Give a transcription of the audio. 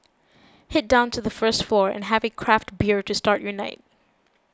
head down to the first floor and have a craft bear to start your night